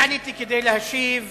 אני עליתי כדי להשיב